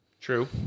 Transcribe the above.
True